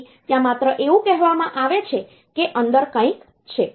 તેથી ત્યાં માત્ર એવું કહેવામાં આવે છે કે અંદર કંઈક છે